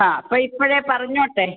ആ അപ്പോൾ ഇപ്പോഴേ പറഞ്ഞോട്ടെ